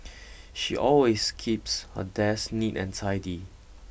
she always keeps her desk neat and tidy